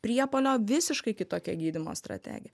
priepuolio visiškai kitokia gydymo strategija